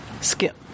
Skip